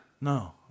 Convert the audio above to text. No